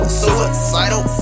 suicidal